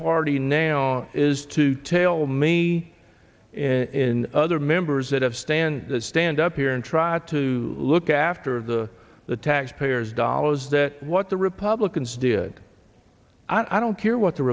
party now is to tail me in other members that have stand that stand up here and tried to look after the the taxpayers dollars that what the republicans did i don't care what the